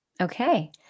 Okay